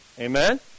Amen